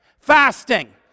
fasting